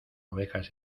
ovejas